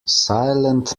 silent